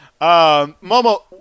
Momo